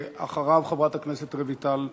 אחריו, חברת הכנסת רויטל סויד.